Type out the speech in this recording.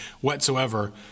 whatsoever